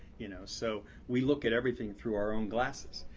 you know so, we look at everything through our own glasses.